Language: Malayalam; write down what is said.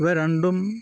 ഇവ രണ്ടും